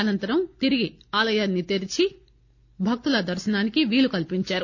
అనంతరం తిరిగి ఆలయాన్ని తెరిచి భక్తుల దర్పనానికి వీలు కల్పించారు